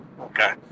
Okay